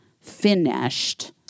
finished